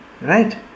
Right